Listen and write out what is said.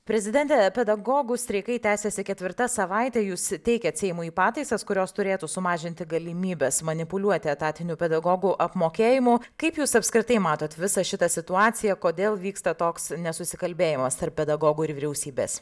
prezidente pedagogų streikai tęsiasi ketvirta savaitė jūs teikėt seimui pataisas kurios turėtų sumažinti galimybes manipuliuoti etatiniu pedagogų apmokėjimu kaip jūs apskritai matote visą šitą situaciją kodėl vyksta toks nesusikalbėjimas tarp pedagogų ir vyriausybės